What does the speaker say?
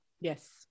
yes